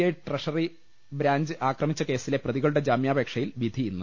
I treasury branch ആക്രമിച്ച കേസിലെ പ്രതികളുടെ ജാമ്യാപേ ക്ഷയിൽ വിധി ഇന്ന്